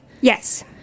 Yes